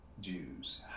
Jews